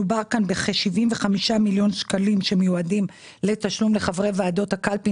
מדובר כאן בכ-75 מיליון שקלים שמיועדים לתשלום לחברי ועדות הקלפי,